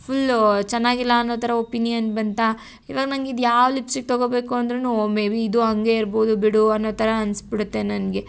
full ಚೆನ್ನಾಗಿಲ್ಲ ಅನ್ನೋ ಥರ ಒಪಿನಿಯನ್ ಬಂತ ಇವಾಗ ನನಗ್ ಇದ್ಯಾವ ಲಿಪ್ಸ್ಟಿಕ್ ತಗೊಬೇಕು ಅಂದ್ರು ಓ ಮೇ ಬಿ ಇದು ಹಂಗೆ ಇರ್ಬೋದು ಬಿಡು ಅನ್ನೋ ಥರ ಅನ್ನಿಸ್ಬಿಡುತ್ತೆ ನನಗೆ